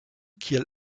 kiel